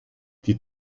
die